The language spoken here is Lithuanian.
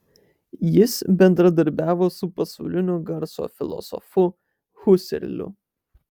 jis bendradarbiavo su pasaulinio garso filosofu huserliu